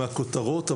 מהכותרות.